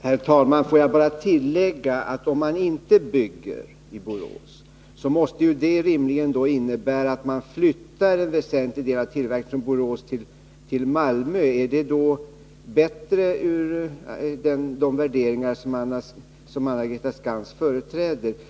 Herr talman! Får jag bara tillägga att om man inte bygger i Borås, måste det rimligen innebära att en väsentlig del av tillverkningen flyttas från Borås till Malmö. Överensstämmer det bättre med de värderingar som Anna-Greta Skantz företräder?